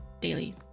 daily